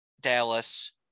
Dallas